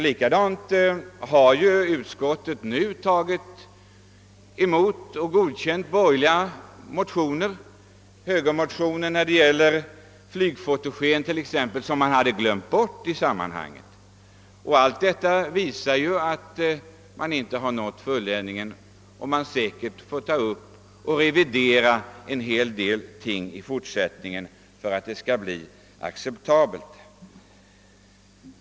Likaså har ju utskottet biträtt borgerliga motioner, t.ex. högermotionen i fråga om flygfotogen som man hade glömt bort. Allt detta visar att man inte har uppnått någon fulländning av detta skattesystem, utan att det säkert får göras en hel del revideringar i fortsättningen för att systemet skall bli acceptabelt.